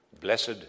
Blessed